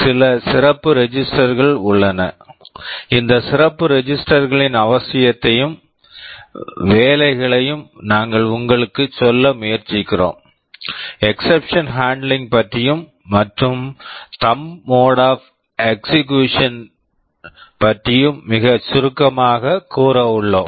சில சிறப்பு register registers கள் உள்ளன இந்த சிறப்பு ரெஜிஸ்டர் registers களின் அவசியத்தையும் வேலைகளையும் நாங்கள் உங்களுக்குச் சொல்ல முயற்சிக்கிறோம் எக்ஸப்ஷன் ஹான்ட்லிங் exception handling பற்றியும் மற்றும் thumb mode of execution thumb mode of execution பற்றியும் மிக சுருக்கமாகக் கூற உள்ளோம்